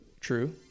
true